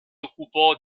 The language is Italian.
occupò